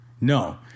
No